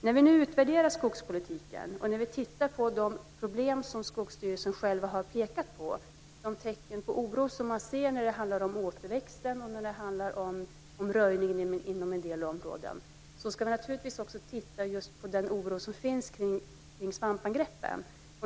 När vi nu utvärderar skogspolitiken och tittar på de problem som Skogsstyrelsen själv har pekat på - de oroväckande tecken man ser och som handlar om återväxten och röjningen i vissa områden - ska vi naturligtvis se på den oro som finns med anledning av svampangreppen.